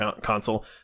console